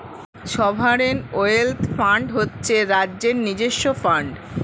sovereign wealth fund হচ্ছে রাজ্যের নিজস্ব ফান্ড